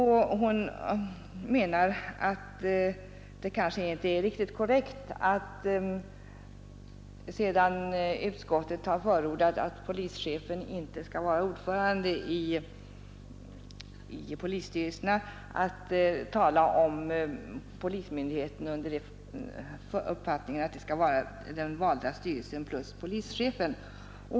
Hon menar att det inte är riktigt korrekt att, som utskottet gör, först förorda att polischefen inte skall vara ordförande i polisstyrelsen och att sedan ändå anse att polismyndigheten skall utgöras av den valda styrelsen och polischefen tillsammans.